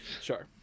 Sure